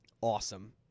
Awesome